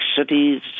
cities